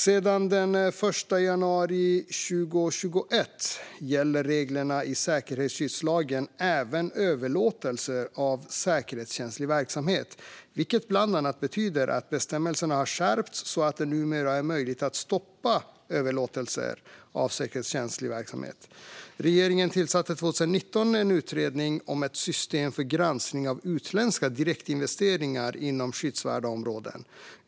Sedan den 1 januari 2021 gäller reglerna i säkerhetsskyddslagen även överlåtelser av säkerhetskänslig verksamhet, vilket bland annat betyder att bestämmelserna har skärpts så att det numera är möjligt att stoppa överlåtelser av säkerhetskänslig verksamhet. Regeringen tillsatte 2019 en utredning om ett system för granskning av utländska direktinvesteringar inom skyddsvärda områden.